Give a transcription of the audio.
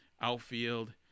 outfield